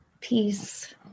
Peace